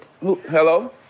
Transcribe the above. hello